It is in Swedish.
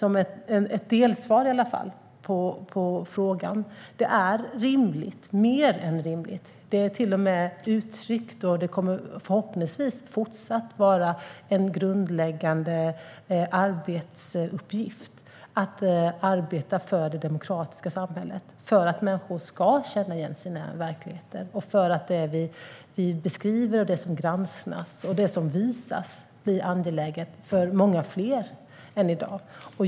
Som ett delsvar kan jag säga att det fortsättningsvis är mer än rimligt - det är till och med uttryckt, och det kommer förhoppningsvis fortsatt att vara en grundläggande arbetsuppgift - att arbeta för det demokratiska samhället så att människor ska känna igen sina verkligheter och så att det vi beskriver och det som granskas och visas ska bli angeläget för många fler än i dag.